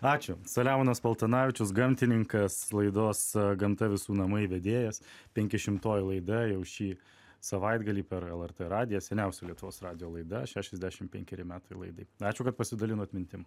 ačiū selemonas paltanavičius gamtininkas laidos gamta visų namai vedėjas penki šimtoji laida jau šį savaitgalį per lrt radiją seniausia lietuvos radijo laida šešiasdešim penkeri metai laidai ačiū kad pasidalinot mintim